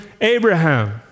Abraham